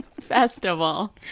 festival